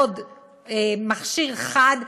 עוד מכשיר חד,